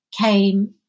came